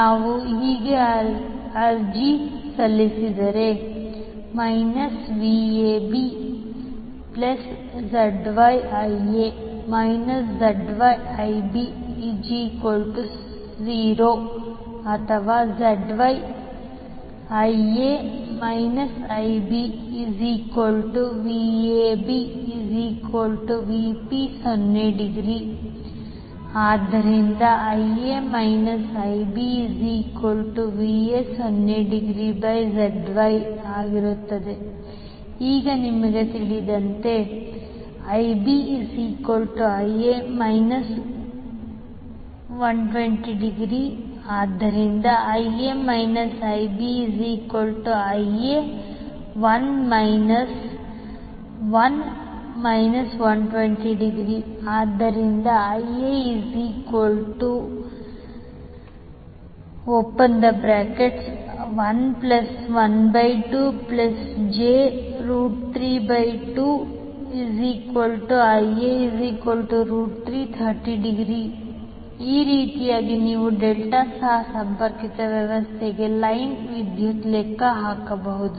ನಾವು ಅರ್ಜಿ ಸಲ್ಲಿಸಿದರೆ VabZYIa ZYIb0 ಅಥವಾ ZYVabVp∠0° ಆದ್ದರಿಂದ Ia IbVp∠0°ZY ಈಗ ನಮಗೆ ತಿಳಿದಂತೆ IbIa∠ 120° ಆದ್ದರಿಂದ Ia IbIa1 1∠ 120° Ia112j32Ia3∠30° ಆದ್ದರಿಂದ IaVp3∠ 30°ZY ಈ ರೀತಿಯಾಗಿ ನೀವು ಡೆಲ್ಟಾ ಸ್ಟಾರ್ ಸಂಪರ್ಕಿತ ವ್ಯವಸ್ಥೆಗೆ ಲೈನ್ ವಿದ್ಯುತ್ ಲೆಕ್ಕ ಹಾಕಬಹುದು